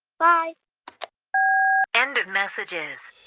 bye end of messages